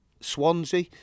Swansea